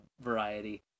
variety